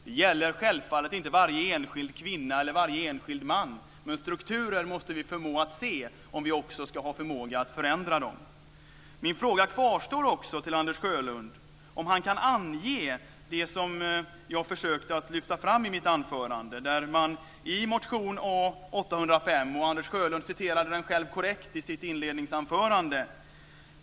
Det gäller självfallet inte varje enskild kvinna eller varje enskild man, men vi måste förmå att se strukturen om vi också ska ha förmåga att förändra den. Min fråga till Anders Sjölund kvarstår om han kan ange det som jag försökte att lyfta fram i mitt anförande. Anders Sjölund citerade ur motion A805 i sitt inledningsanförande.